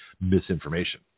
misinformation